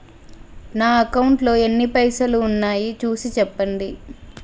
నా అకౌంట్లో ఎన్ని పైసలు ఉన్నాయి చూసి చెప్పండి?